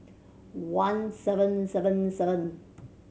one seven seven seven